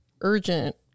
urgent